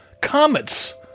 Comets